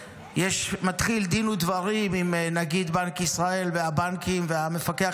שמתחיל דין ודברים עם נגיד בנק ישראל והבנקים והמפקח